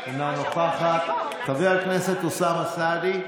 אינה נוכחת, חבר הכנסת אוסאמה סעדי,